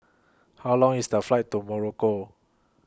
How Long IS The Flight to Morocco